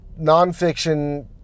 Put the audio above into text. nonfiction